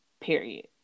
Period